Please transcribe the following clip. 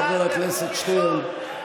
חבר הכנסת שטרן,